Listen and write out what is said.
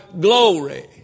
glory